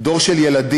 דור של ילדים,